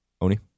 Oni